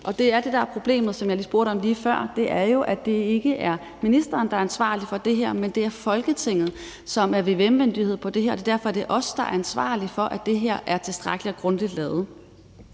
er det, der er problemet, som jeg spurgte om lige før, nemlig at det jo ikke er ministeren, der er ansvarlig for det her, men at det er Folketinget, som er vvm-myndighed på det her, og det er derfor, det er os, der er ansvarlige for, at det her er tilstrækkeligt og grundigt lavet.